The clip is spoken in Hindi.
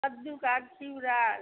कद्दू का चिउरा